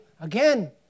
Again